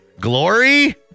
Glory